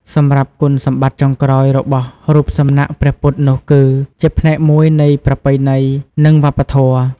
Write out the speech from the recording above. សម្រាប់គុណសម្បត្តិចុងក្រោយរបស់រូបសំណាកព្រះពុទ្ធនោះគឺ ជាផ្នែកមួយនៃប្រពៃណី និងវប្បធម៌។